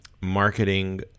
marketing